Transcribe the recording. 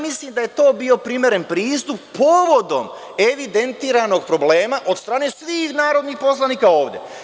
Mislim da je to bio primeren pristup povodom evidentiranog problema od strane svih narodnih poslanika ovde.